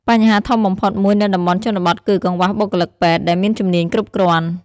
បញ្ហាធំបំផុតមួយនៅតំបន់ជនបទគឺ កង្វះបុគ្គលិកពេទ្យ ដែលមានជំនាញគ្រប់គ្រាន់។